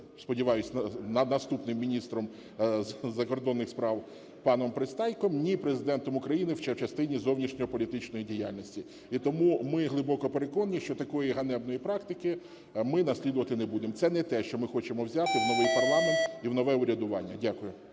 сподіваюсь, наступним міністром закордонних справ паном Пристайком, ні Президентом України в частині зовнішньополітичної діяльності. І тому ми глибоко переконані, що такої ганебної практики ми наслідувати не будемо. Це не те, що ми хочемо взяти в новий парламент і в нове урядування. Дякую.